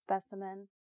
specimen